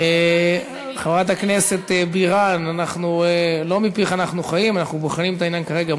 אז אנחנו בודקים את התקנון.